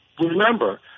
remember